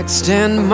Extend